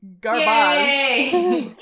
garbage